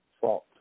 fault